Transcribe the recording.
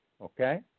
Okay